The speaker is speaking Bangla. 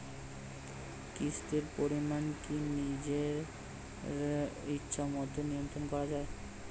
কিস্তির পরিমাণ কি নিজের ইচ্ছামত নিয়ন্ত্রণ করা যায়?